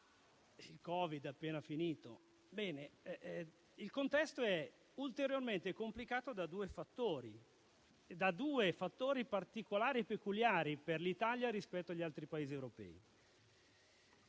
e che è ulteriormente complicato da due fattori particolari e peculiari per l'Italia rispetto agli altri Paesi europei.